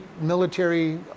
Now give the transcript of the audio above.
military